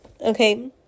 okay